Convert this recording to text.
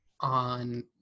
on